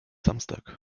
samstag